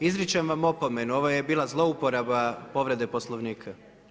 Izričem vam opomenu, ovo je bila zlouporaba povrede Poslovnika.